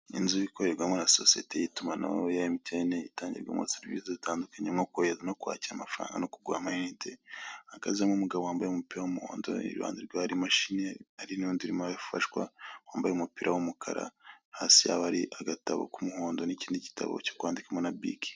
Iyi inzu ikorerwamo na sosiyete y'itumanaho MTN, itangirwamo serivisi zitandukanye nko kohereza no kwakira amafaranga, no kugura ama inite, hahagazemo umugabo wambaye umupira w'umuhondo, iruhande rwe hari imashini, hari n'undi urimo arafashwa wambaye umupira w'umukara, hasi yabo hari agatabo k'umuhondo n'ikindi gitabo cyo kwandikikwamo na bike.